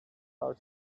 our